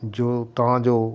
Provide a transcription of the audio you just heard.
ਜੋ ਤਾਂ ਜੋ